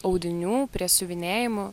audinių prie siuvinėjimų